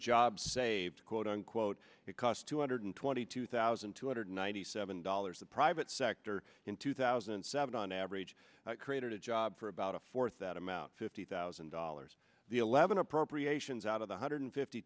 job saved quote unquote it cost two hundred twenty two thousand two hundred ninety seven dollars the private sector in two thousand and seven on average created a job for about a fourth that amount fifty thousand dollars the eleven appropriations out of one hundred fifty